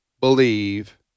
believe